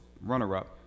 runner-up